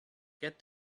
get